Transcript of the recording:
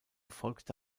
folgte